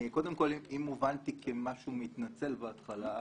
קודם כל, אם הובנתי כמשהו מתנצל בהתחלה,